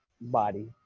body